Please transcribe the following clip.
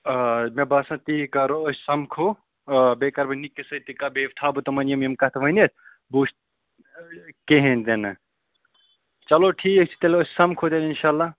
آ مےٚ باسان تی کَرو أسۍ سَمکھو بیٚیہِ کَرٕ بہٕ نِکِس سۭتۍ تہِ کَتھ بیٚیہِ تھاو بہٕ تِمَن یِم یِم کَتھٕ ؤنِتھ بہٕ وٕچھ کِہیٖنۍ تہِ نہٕ چلو ٹھیٖک چھِ تیٚلہِ حظ سَمکھو تیٚلہِ اِنشاء اللہ